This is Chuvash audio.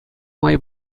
май